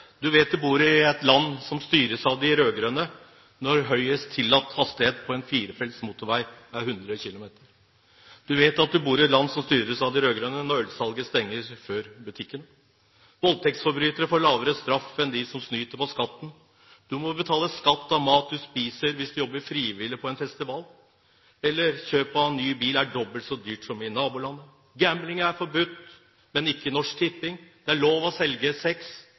100 km/t. Du vet at du bor i et land som styres av de rød-grønne, når ølsalget stenger før butikken, voldtektsforbrytere får lavere straff enn de som snyter på skatten, du må betale skatt av mat du spiser hvis du jobber frivillig på en festival, kjøp av ny bil er dobbelt så dyrt som i naboland, gambling er forbudt, men ikke Norsk Tipping, og det er lov å selge